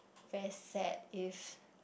very sad if